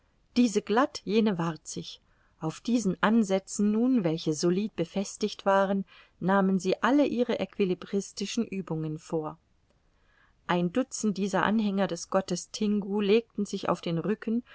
diese glatt jene warzig auf diesen ansätzen nun welche solid befestigt waren nahmen sie alle ihre equilibristischen uebungen vor ein dutzend dieser anhänger des gottes tingu legten sich auf den rücken